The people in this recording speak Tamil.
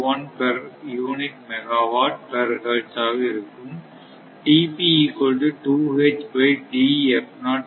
01 per unit megawatt per hertz ஆக இருக்கும்